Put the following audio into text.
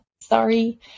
sorry